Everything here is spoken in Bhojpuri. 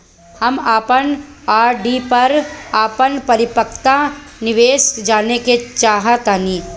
हम अपन आर.डी पर अपन परिपक्वता निर्देश जानेके चाहतानी